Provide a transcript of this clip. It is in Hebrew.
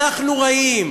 אנחנו רעים.